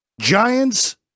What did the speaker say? Giants